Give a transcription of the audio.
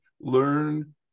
learn